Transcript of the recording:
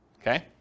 okay